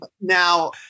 Now